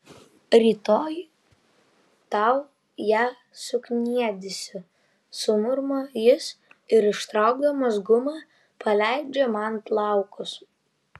rytoj tau ją sukniedysiu sumurma jis ir ištraukdamas gumą paleidžia man plaukus